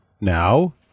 Now